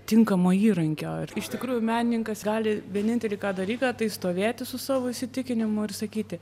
tinkamo įrankio ir iš tikrųjų menininkas gali vienintelį ką dalyką tai stovėti su savo įsitikinimu ir sakyti